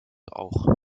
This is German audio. auch